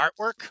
artwork